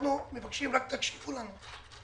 אנחנו מבקשים רק שתקשיבו לנו.